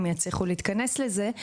אם יצליחו להתכנס לזה.